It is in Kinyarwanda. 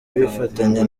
bifatanya